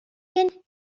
gen